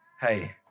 hey